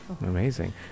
Amazing